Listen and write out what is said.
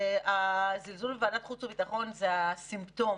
הזלזול בוועדת החוץ והביטחון זה הסימפטום.